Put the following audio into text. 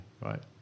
right